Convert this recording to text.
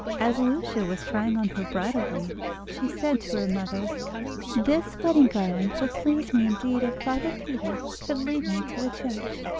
as lucia was trying on her bridal wreath she said to her mother this wedding-garland would please me indeed if father peter could lead me to the church.